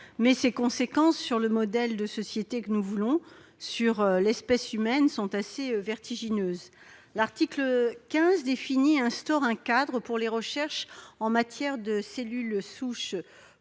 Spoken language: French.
Mais ses conséquences sur le modèle de société que nous voulons et sur l'espèce humaine tout entière sont assez vertigineuses. Cet article instaure un cadre pour les recherches en matière de cellules souches